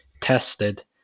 tested